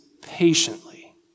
patiently